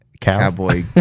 cowboy